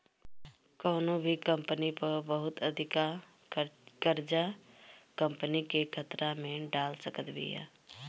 कवनो भी कंपनी पअ बहुत अधिका कर्जा कंपनी के खतरा में डाल सकत बिया